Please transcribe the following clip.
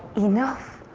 enough.